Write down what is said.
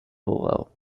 below